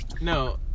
No